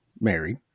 married